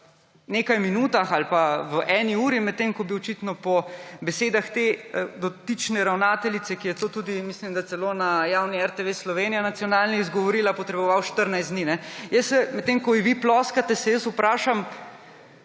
nekaj minutah ali pa v eni uri, medtem ko bi očitno po besedah te dotične ravnateljice, ki je to tudi, mislim da, celo na nacionalni, javni RTV Slovenija izgovorila, potrebovala 14 dni. Medtem ko ji vi ploskate, se jaz vprašam,